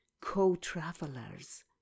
co-travelers